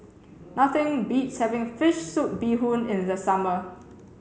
nothing beats having fish soup bee hoon in the summer